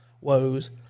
woes